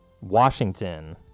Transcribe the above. Washington